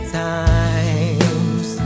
times